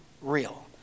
real